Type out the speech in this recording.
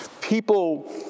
People